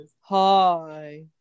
hi